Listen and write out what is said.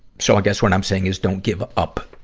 so, i guess what i'm saying is don't give up,